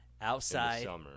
outside